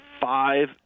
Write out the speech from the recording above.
five